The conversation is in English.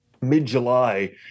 mid-July